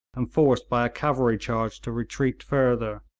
and forced by a cavalry charge to retreat further,